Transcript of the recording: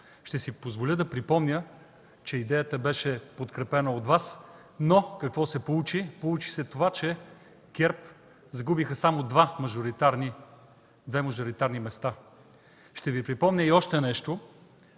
Ще си позволя да припомня, че идеята беше подкрепена от Вас, но какво се получи? Получи се това, че ГЕРБ загубиха само две мажоритарни места. Ще Ви припомня и още нещо